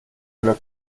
oder